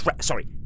Sorry